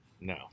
No